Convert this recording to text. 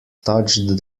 touched